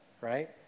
right